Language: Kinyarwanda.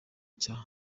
cya